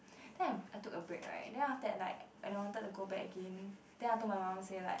then I I took a break right then after like I wanted to go back again I told my mum say like